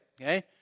okay